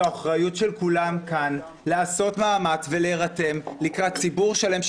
זו האחריות של כולם כאן לעשות מאמץ ולהירתם לקראת ציבור שלם,